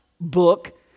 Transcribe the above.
book